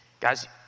Guys